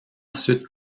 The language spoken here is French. ensuite